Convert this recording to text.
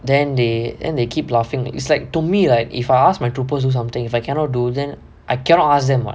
then they then they keep laughing it's like to me like if I asked my troopers something if I cannot do then I cannot ask them [what]